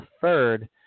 third